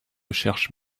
cherche